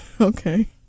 Okay